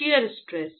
shear stress